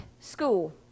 school